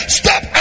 stop